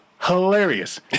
Hilarious